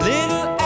Little